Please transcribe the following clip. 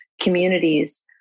communities